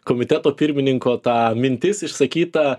komiteto pirmininko ta mintis išsakyta